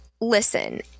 listen